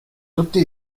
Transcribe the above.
tutti